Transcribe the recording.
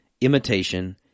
imitation